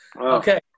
Okay